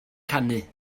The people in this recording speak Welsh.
canu